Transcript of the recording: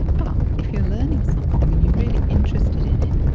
but if you're learning something and you're really interested in it,